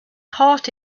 heart